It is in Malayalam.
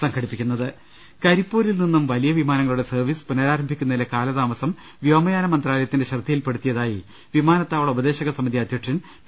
്്്്്്്് കരിപ്പൂരിൽ നിന്നും വലിയ വിമാനങ്ങളുടെ സർവീസ് പുനഃരാരംഭിക്കുന്നതിലെ കാലതാമസം വ്യോമയാന മന്ത്രാലയത്തിന്റെ ശ്രദ്ധയിൽപ്പെടുത്തിയതായി വിമാനത്താവള ഉപദേശകസമിതി അധ്യക്ഷൻ പി